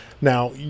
Now